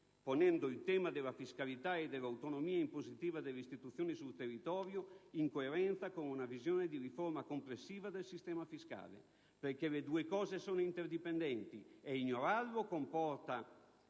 ponendo il tema della fiscalità e dell'autonomia impositiva delle istituzioni sul territorio in coerenza con una visione di riforma complessiva del sistema fiscale. Le due questioni infatti, sono interdipendenti e ignorarlo comporta